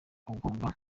ugomba